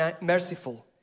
merciful